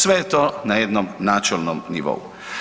Sve je to na jednom načelnom nivou.